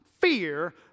fear